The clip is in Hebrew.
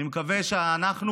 אני מקווה שאנחנו,